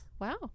Wow